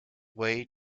way